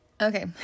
Okay